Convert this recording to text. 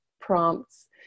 prompts